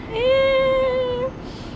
eh